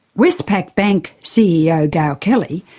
westpac bank ceo, gail kelly,